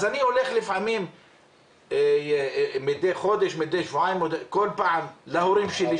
אז מדי חודש או שבועיים אני הולך להורים שלי,